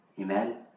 Amen